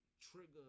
trigger